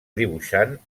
dibuixant